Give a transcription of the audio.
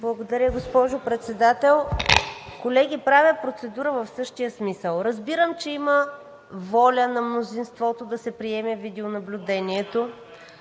Благодаря, госпожо Председател. Колеги, правя процедура в същия смисъл. Разбирам, че има воля на мнозинството да се приеме видеонаблюдението,